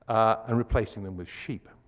and replacing them with sheep,